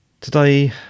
today